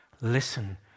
Listen